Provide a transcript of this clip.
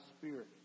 Spirit